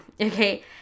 okay